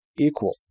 equal